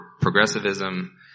progressivism